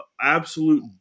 absolute